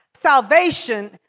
salvation